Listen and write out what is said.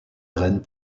graines